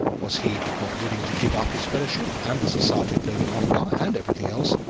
was he not willing to give up his fellowship, and the society of lady ongar, and everything else,